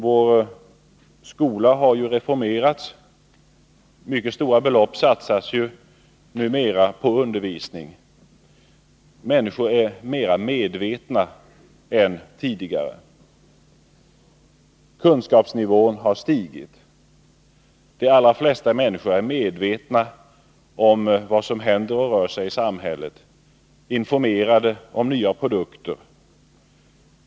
Vår skola har reformerats och mycket stora belopp satsas numera på undervisning. Människorna är mera medvetna än tidigare. Kunskapsnivån har stigit. De allra flesta människor är medvetna om vad som händer och rör sig i samhället, de är informerade om nya produkter.